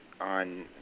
on